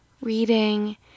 reading